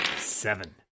Seven